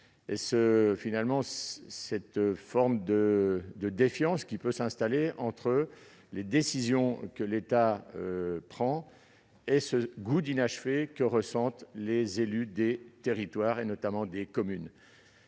avoir dans cette forme de défiance qui risque de s'installer entre les décisions de l'État et le goût d'inachevé que ressentent les élus des territoires, notamment des communes.